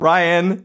Ryan